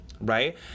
right